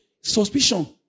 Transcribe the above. Suspicion